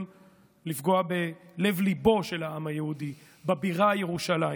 לפגוע בלב-ליבו של העם היהודי בבירה ירושלים,